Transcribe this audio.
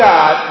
God